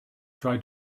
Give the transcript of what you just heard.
tried